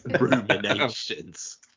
Ruminations